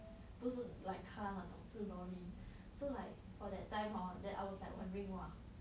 不是 like car 那种是: na zhong shi lorry so like for that time hor then I was like wondering !wah!